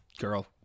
girl